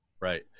Right